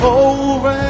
over